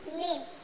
name